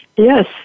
Yes